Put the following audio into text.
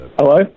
Hello